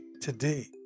today